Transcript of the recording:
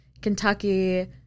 Kentucky